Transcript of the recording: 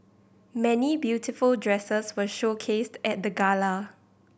many beautiful dresses were showcased at the gala